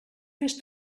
fes